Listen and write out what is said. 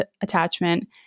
attachment